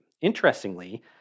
Interestingly